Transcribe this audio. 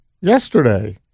yesterday